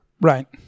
Right